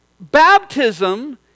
baptism